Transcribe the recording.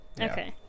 Okay